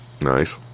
Nice